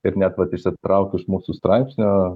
ir net vat išsitraukus mūsų straipsnio